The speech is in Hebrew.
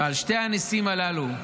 ועל שני הניסים הללו,